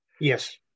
Yes